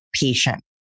patient